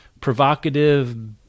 provocative